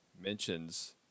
mentions